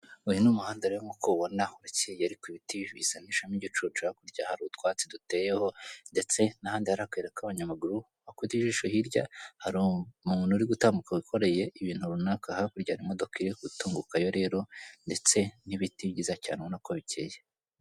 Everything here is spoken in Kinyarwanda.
Uyu ni umuhanda rero nk'uko ubibona ukeye ariko ibiti bisa n'ibizamo igicucu hakurya hari utwatsi duteyeho, ndetse n'ahandi hari akayira k'abanyamaguru wakubita ijisho hirya hari umuntu uri gutambuka wikoreye ibintu runaka, hakurya hari imodoka iri gutungukayo rero ndetse n'ibiti byiza cyane ubona ko bikeye.